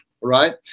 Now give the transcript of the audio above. right